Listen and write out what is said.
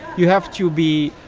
you have to be